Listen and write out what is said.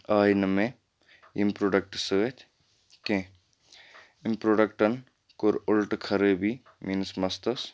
آے نہٕ مےٚ ییٚمہِ پرٛوڈَکٹ سۭتۍ کیٚنٛہہ ایٚمۍ پروڈَکٹَن کوٚر الٹہٕ خرٲبی میٲنِس مستَس